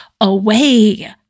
away